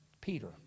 Peter